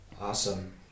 Awesome